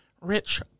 rich